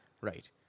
right